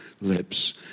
lips